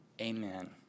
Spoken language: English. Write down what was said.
Amen